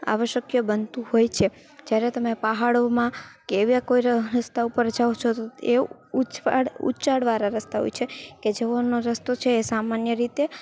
આવશ્યક બનતું હોય છે જ્યારે તમે પહાડોમાં કે એવા કોઈ રસ્તા ઉપર જાવ છો તો એ ઉછાળ ઊંચાણવાળા રસ્તા હોય છે કે જેઓનો રસ્તો છે એ સામાન્ય રીતે